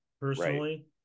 personally